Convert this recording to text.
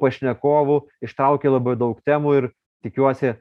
pašnekovų ištrauki labai daug temų ir tikiuosi